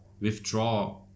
Withdraw